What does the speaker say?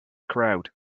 crowd